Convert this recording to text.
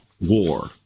war